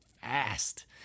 fast